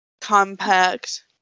compact